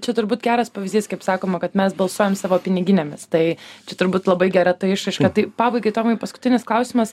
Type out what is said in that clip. čia turbūt geras pavyzdys kaip sakoma kad mes balsuojam savo piniginėmis tai čia labai gera ta išraiška tai pabaigai tomai paskutinis klausimas